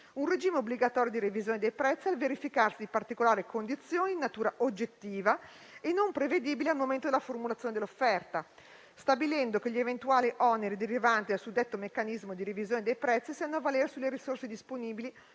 un regime obbligatorio di revisione dei prezzi al verificarsi di particolari condizioni di natura oggettiva e non prevedibili al momento della formulazione dell'offerta, stabilendo che gli eventuali oneri derivanti dal suddetto meccanismo di revisione dei prezzi siano a valere sulle risorse disponibili